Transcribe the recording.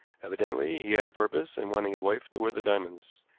evidently he had a purpose in wanting his wife to wear the diamonds.